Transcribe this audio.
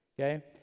Okay